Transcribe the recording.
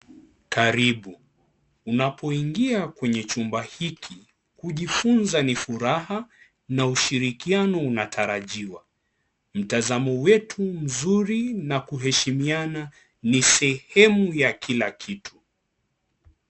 Karibu, unapoingia kwenye chumba hiki kujifunza ni furaha na ushirikiano unatarajiwa. Mtazamo wetu mzuri na kuheshimiana ni sehemu ya Kila kitu.